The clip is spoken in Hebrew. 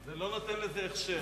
זה לא נותן לזה הכשר.